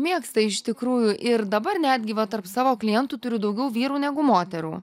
mėgsta iš tikrųjų ir dabar netgi va tarp savo klientų turiu daugiau vyrų negu moterų